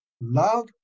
Love